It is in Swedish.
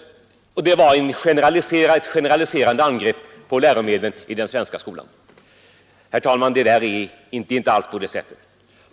Det var ett generaliserande angrepp på läromedlen i den svenska skolan. Herr talman, det är inte alls på det sättet.